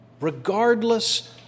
regardless